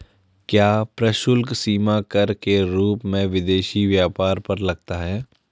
क्या प्रशुल्क सीमा कर के रूप में विदेशी व्यापार पर लगता है?